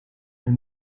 del